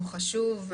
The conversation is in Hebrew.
הוא חשוב,